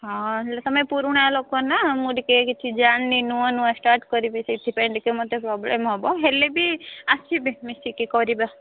ହଁ ହେଲେ ତମେ ପୁରୁଣା ଲୋକ ନା ମୁଁ ଟିକେ କିଛି ଜାଣିନି ନୂଆ ନୂଆ ଷ୍ଟାର୍ଟ୍ କରିବି ସେଥିପାଇଁ ଟିକେ ମୋତେ ପ୍ରୋବ୍ଲେମ୍ ହେବ ହେଲେ ବି ଆସିବି ମିଶିକି କରିବା